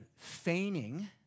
feigning